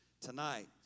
tonight